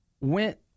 went